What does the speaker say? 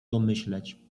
domyśleć